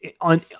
on